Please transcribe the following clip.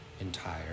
entire